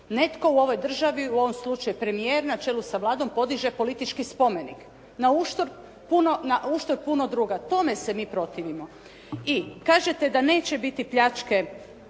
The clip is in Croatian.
netko u ovoj državi, u ovom slučaju premijer na čelu sa Vladom podiže politički spomenik na uštrb puno drugog, tome se mi protivimo. I kažete da neće biti pljačke